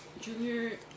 Junior